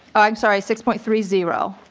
sorry six point three zero.